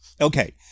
Okay